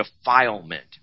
defilement